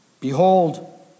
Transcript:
Behold